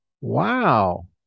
Wow